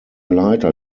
leiter